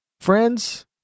Friends